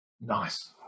nice